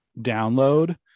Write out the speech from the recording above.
download